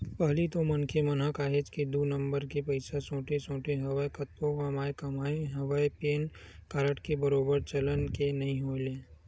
पहिली तो मनखे मन काहेच के दू नंबर के पइसा सोटे सोटे हवय कतको कमाए कमाए हवय पेन कारड के बरोबर चलन के नइ होय ले